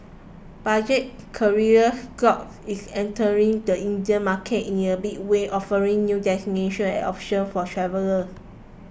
budget carrier Scoot is entering the Indian market in a big way offering new destinations and options for travellers